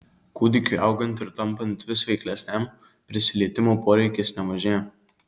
kūdikiui augant ir tampant vis veiklesniam prisilietimo poreikis nemažėja